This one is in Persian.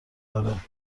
داره